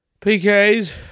PKs